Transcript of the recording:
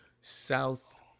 South